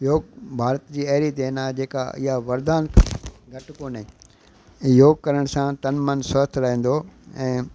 योग भारत जी अहिड़ी देन आहे जेका इहा वरदान घटि कोन्हे योग करण सां तनु मनु स्वस्थ रहंदो ऐं